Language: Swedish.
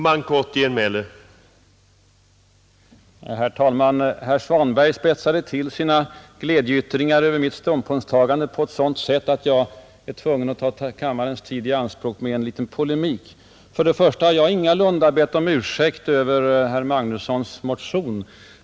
Herr talman! Herr Svanberg spetsade till sina glädjeyttringar över mitt ståndspunktstagande på ett sådant sätt att jag är tvungen att ta kammarens tid i anspråk med en liten polemik. Först och främst har jag ingalunda bett om ursäkt för herr Magnussons i Borås motion.